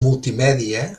multimèdia